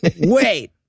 wait